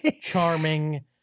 charming